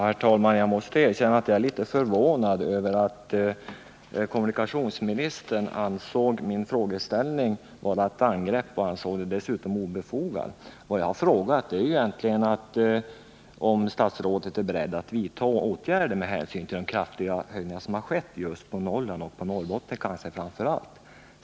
Herr talman! Jag måste erkänna att jag är litet förvånad över att kommunikationsministern anser att min frågeställning är ett angrepp och dessutom obefogad. Vad jag frågat om är egentligen om statsrådet är beredd att vidta åtgärder med hänsyn till de kraftiga höjningar som har skett när det gäller Norrland, kanske framför allt beträffande Norrbotten.